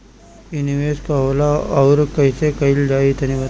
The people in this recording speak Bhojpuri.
इ निवेस का होला अउर कइसे कइल जाई तनि बताईं?